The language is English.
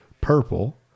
purple